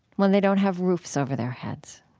when they don't have roofs over their heads?